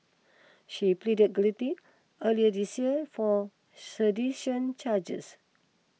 she pleaded guilty earlier this year four sedition charges